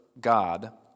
God